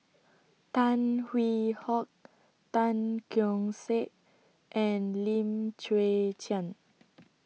Tan Hwee Hock Tan Keong Saik and Lim Chwee Chian